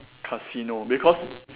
casino because